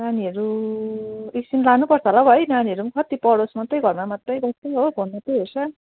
नानीहरू एकछिन लानुपर्छ होला हो है नानीहरू पनि कति पढोस् मात्रै घरमा मात्रै बस्छ हो फोन मात्रै हेर्छ